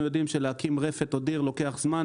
יודעים שלהקים רפת או דיר לוקח זמן,